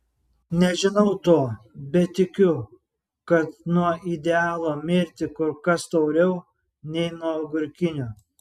nežinau to bet tikiu kad nuo idealo mirti kur kas tauriau nei nuo agurkinio